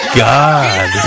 god